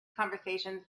conversations